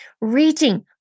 reaching